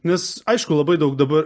nes aišku labai daug dabar